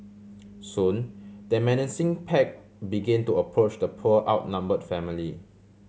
soon the menacing pack begin to approach the poor outnumbered family